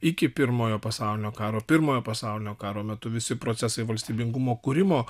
iki pirmojo pasaulinio karo pirmojo pasaulinio karo metu visi procesai valstybingumo kūrimo